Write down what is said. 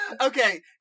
Okay